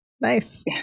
nice